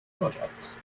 projects